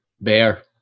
bear